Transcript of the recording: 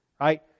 right